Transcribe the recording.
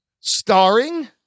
starring